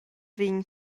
vegn